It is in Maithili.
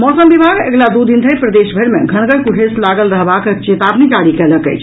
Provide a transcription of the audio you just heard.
मौसम विभाग अगिला दू दिन धरि प्रदेशभरि मे घनगर कुहेस लागल रहबाक चेतावनी जारी कयलक अछि